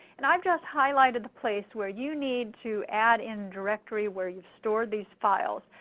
and ive just highlighted the place where you need to add in directory where youve stored these files.